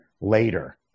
later